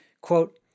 quote